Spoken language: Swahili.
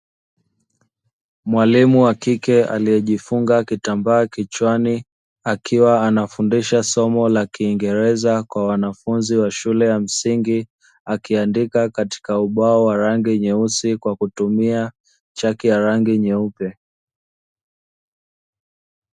Mwalimu wa kike aliyejifunga kitambaa kichwani akiwa anafundisha somo la kiingereza kwa wanafunzi wa shule ya msingi akiandika katika ubao wa rangi nyeusi kwa kutumia chaki ya rangi nyeupe.